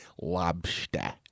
Lobster